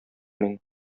мин